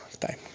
time